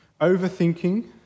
overthinking